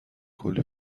کلی